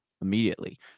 immediately